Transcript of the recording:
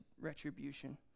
retribution